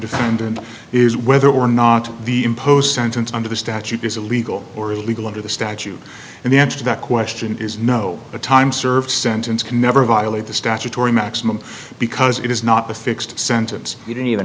defendant is whether or not the impose sentence under the statute is a legal or illegal under the statute and the answer to that question is no a time served sentence can never violate the statutory maximum because it is not a fixed sentence you can even